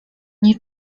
nie